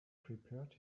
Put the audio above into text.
prepared